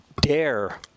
dare